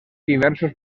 diversos